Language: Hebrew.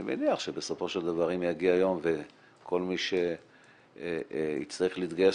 אני מניח שבסופו של דבר אם יגיע יום וכל מי שיצטרך להתגייס